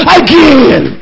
again